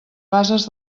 bases